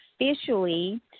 officially